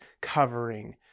covering